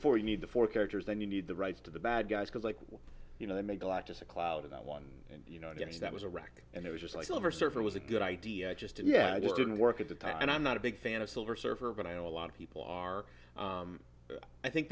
for you need the four characters then you need the rights to the bad guys because like you know they made a lot just a cloud of that one and you know danny that was a wreck and it was just like over surfer was a good idea i just did yeah i didn't work at the time and i'm not a big fan of silver surfer but i know a lot of people are i think